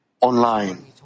online